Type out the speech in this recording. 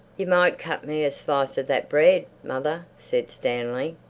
you might cut me a slice of that bread, mother, said stanley.